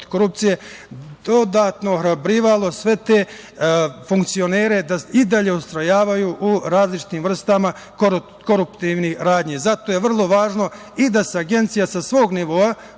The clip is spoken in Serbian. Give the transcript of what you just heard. korupcije, dodatno ohrabrivalo sve te funkcionere da i dalje ustrajavaju u različitim vrstama koruptivnih radnji. Zato je vrlo važno da se Agencija sa svog nivoa